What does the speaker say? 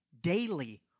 daily